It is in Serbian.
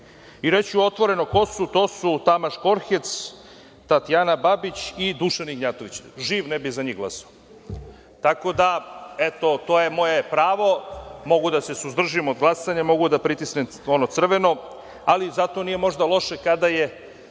Reći ću otvoreno ko su. To su: Tamaš Korhec, Tatjana Babić i Dušan Ignjatović. Živ ne bih za njih glasao. To je moje pravo, mogu da se suzdržim od glasanja, mogu da pritisnem ono crveno. Ali, zato nije možda loše kada je